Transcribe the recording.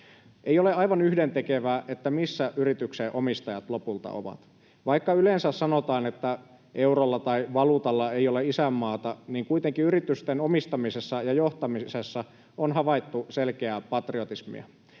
Ei ole aivan yhdentekevää, missä yrityksen omistajat lopulta ovat. Vaikka yleensä sanotaan, että eurolla tai valuutalla ei ole isänmaata, niin kuitenkin yritysten omistamisessa ja johtamisessa on havaittu selkeää patriotismia.